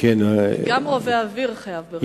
גם רובה אוויר חייב ברשיון.